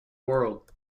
world